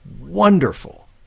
wonderful